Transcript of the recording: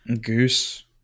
Goose